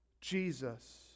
Jesus